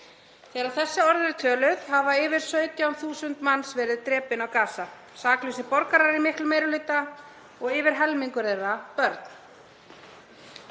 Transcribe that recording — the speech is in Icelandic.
Þegar þessi orð eru töluð hafa yfir 17.000 manns verið drepin á Gaza, saklausir borgarar í miklum meiri hluta og yfir helmingur þeirra börn.